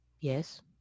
Yes